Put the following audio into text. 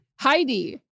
Heidi